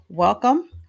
welcome